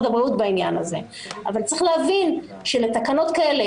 הבריאות בעניין הזה אבל צריך להבין שלתקנות כאלה,